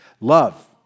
Love